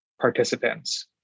participants